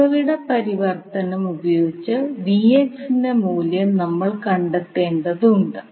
ഉറവിട പരിവർത്തനം ഉപയോഗിച്ച് ന്റെ മൂല്യം നമ്മൾ കണ്ടെത്തേണ്ടതുണ്ട്